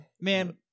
man